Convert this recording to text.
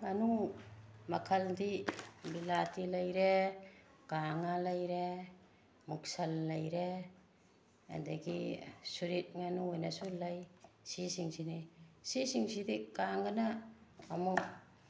ꯉꯥꯅꯨ ꯃꯈꯜꯗꯤ ꯕꯤꯂꯥꯇꯤ ꯂꯩꯔꯦ ꯀꯥꯡꯉꯥ ꯂꯩꯔꯦ ꯃꯨꯛꯁꯟ ꯂꯩꯔꯦ ꯑꯗꯒꯤ ꯁꯨꯔꯤꯠ ꯉꯥꯅꯨ ꯍꯥꯏꯅꯁꯨ ꯂꯩ ꯁꯤꯁꯤꯡ ꯁꯤꯅꯤ ꯁꯤꯁꯤꯡ ꯁꯤꯗꯤ ꯀꯥꯡꯉꯥꯅ ꯑꯃꯨꯛ